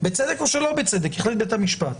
בצדק או שלא בצדק, החליט בית המשפט.